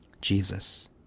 Jesus